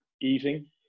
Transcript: eating